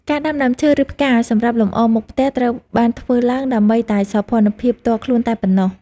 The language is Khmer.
ការដាំដើមឈើឬផ្កាសម្រាប់លម្អមុខផ្ទះត្រូវបានធ្វើឡើង ដើម្បីតែសោភ័ណភាពផ្ទាល់ខ្លួនតែប៉ុណ្ណោះ។